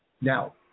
Now